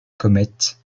comètes